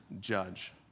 judge